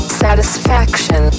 satisfaction